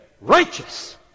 righteous